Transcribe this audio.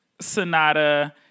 sonata